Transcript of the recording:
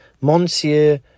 Monsieur